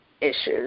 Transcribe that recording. issues